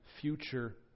future